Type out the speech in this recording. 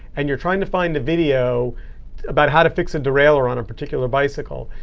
and you're trying to find a video about how to fix a derailleur on a particular bicycle.